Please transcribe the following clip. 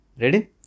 Ready